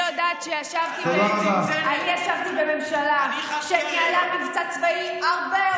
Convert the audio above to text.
אני יודעת שישבתי בממשלה שניהלה מבצע צבאי הרבה יותר טוב,